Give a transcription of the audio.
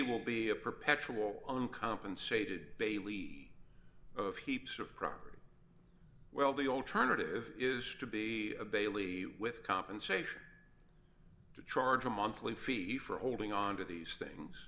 will be a perpetual uncompensated bayley of heaps of property well the alternative is to be a bailey with compensation to charge a monthly fee for holding on to these things